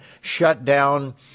shutdown